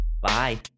Bye